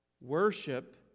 Worship